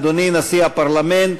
אדוני נשיא הפרלמנט,